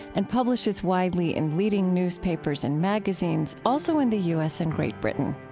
and publishes widely in leading newspapers and magazines also in the u s. and great britain.